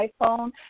iPhone